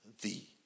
thee